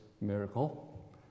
miracle